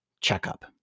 checkup